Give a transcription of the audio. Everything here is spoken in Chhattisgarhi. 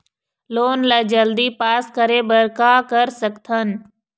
लोन ला जल्दी पास करे बर का कर सकथन?